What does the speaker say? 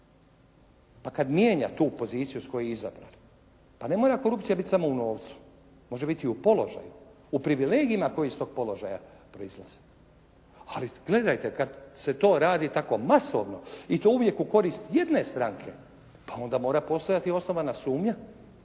pa kad mijenja tu poziciju s koje je izabran pa ne mora korupcija biti samo u novcu. Može biti u položaju, u privilegijama koje iz tog položaja proizlaze. Ali gledajte kad se to radi tako masovno i to uvijek u korist jedne stranke pa onda mora postojati osnovana sumnja